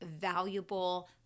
valuable